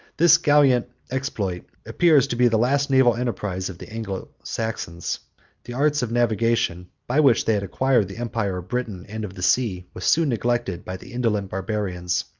this gallant exploit appears to be the last naval enterprise of the anglo-saxons. the arts of navigation, by which they acquired the empire of britain and of the sea, were soon neglected by the indolent barbarians,